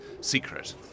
secret